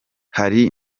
hari